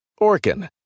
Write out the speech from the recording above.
Orkin